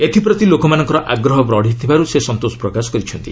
ଏଥିପ୍ରତି ଲୋକମାନଙ୍କର ଆଗ୍ରହ ବଢ଼ିଥିବାରୁ ସେ ସନ୍ତୋଷ ପ୍ରକାଶ କରିଛନ୍ତି